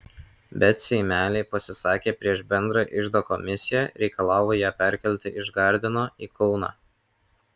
bet seimeliai pasisakė prieš bendrą iždo komisiją reikalavo ją perkelti iš gardino į kauną